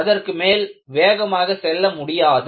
அதற்கு மேல் வேகமாக செல்ல முடியாது